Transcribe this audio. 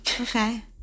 Okay